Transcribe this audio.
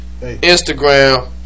instagram